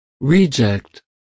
Reject